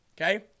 okay